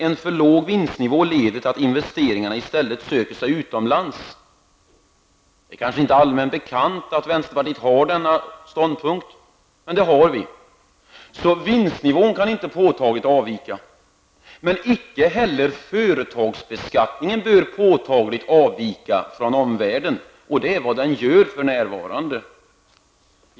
En för låg vinstnivå leder till att investeringarna i stället söker sig utomlands.'' Det kanske inte är allmänt bekant att vänsterpartiet har denna ståndpunkt, men det har vi. Vinstnivån kan inte påtagligt avvika. Men icke heller företagsbeskattningen bör påtagligt avvika från omvärldens. Det är vad den gör för närvarande.